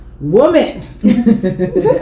woman